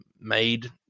made